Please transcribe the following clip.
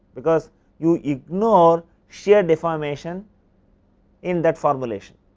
because you ignore shear deformation in that formulation